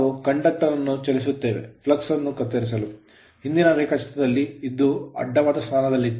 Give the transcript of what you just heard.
ನಾವು conductor conductor ಅನ್ನು ಚಲಿಸುತ್ತೇವೆ flux ಫ್ಲಕ್ಸ್ ಅನ್ನು ಕತ್ತರಿಸಲು ಹಿಂದಿನ ರೇಖಾಚಿತ್ರದಲ್ಲಿ ಇದು ಅಡ್ಡವಾದ ಸ್ಥಾನದಲ್ಲಿತ್ತು